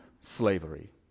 slavery